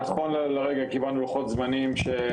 נכון להרגע קיבלנו לוחות זמנים,